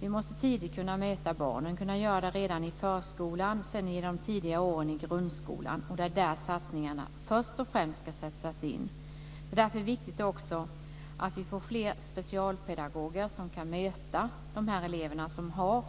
Vi måste tidigt kunna möta barnen. Vi måste kunna göra det redan i förskolan och sedan i de första åren i grundskolan. Det är där satsningarna ska sättas in först och främst. Det är därför också viktigt att vi får fler specialpedagoger som kan möta de elever som har